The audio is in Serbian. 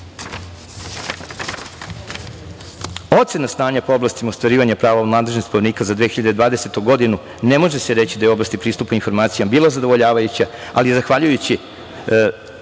žive. Ocena stanja po oblastima ostvarivanja prava u nadležnosti Poverenika za 2020. godinu ne može se reći da je u oblasti pristupu informacijama bila zadovoljavajuća, ali zahvaljujući